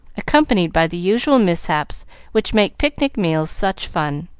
accompanied by the usual mishaps which make picnic meals such fun.